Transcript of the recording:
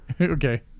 okay